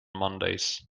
mondays